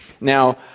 Now